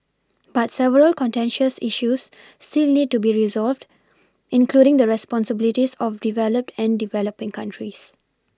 but several contentious issues still need to be resolved including the responsibilities of developed and develoPing countries